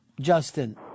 Justin